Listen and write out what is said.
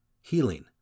healing